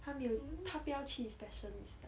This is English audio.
她没有她不要去 special needs ah